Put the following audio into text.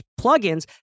plugins